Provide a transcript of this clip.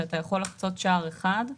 שאתה יכול לחצות שער אחד,